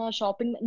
shopping